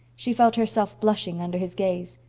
she felt herself blushing under his gaze.